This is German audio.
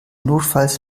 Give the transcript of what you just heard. notfalls